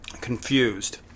confused